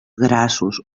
grassos